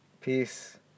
peace